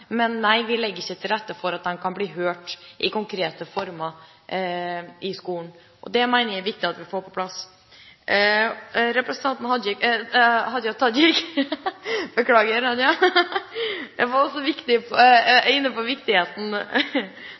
men nei, vi legger ikke til rette for at den kan bli hørt i konkrete former i skolen. Det mener jeg er viktig at vi får på plass. Representanten Hadia Tajik var også inne på